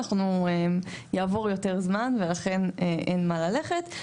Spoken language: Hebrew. יעבור יותר זמן ולכן אין מה ללכת.